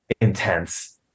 intense